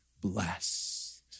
blessed